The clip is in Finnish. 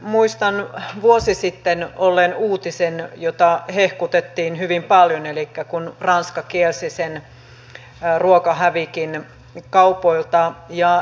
muistan vuosi sitten olleen uutisen jota hehkutettiin hyvin paljon kun ranska kielsi sen ruokahävikin kaupoilta